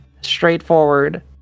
straightforward